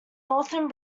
northern